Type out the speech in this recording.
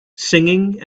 singing